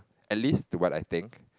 at least to what I think